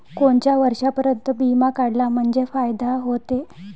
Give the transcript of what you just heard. कोनच्या वर्षापर्यंत बिमा काढला म्हंजे फायदा व्हते?